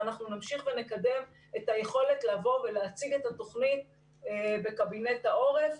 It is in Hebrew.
ואנחנו נמשיך ונקדם את היכולת לבוא ולהציג את התוכנית בקבינט העורף,